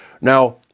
Now